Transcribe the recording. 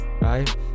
right